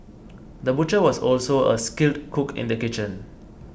the butcher was also a skilled cook in the kitchen